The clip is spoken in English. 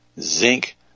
zinc